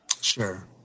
Sure